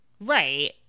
Right